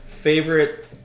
Favorite